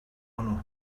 hwnnw